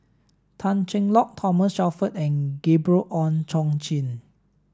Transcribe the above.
Tan Cheng Lock Thomas Shelford and Gabriel Oon Chong Jin